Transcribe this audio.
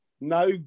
no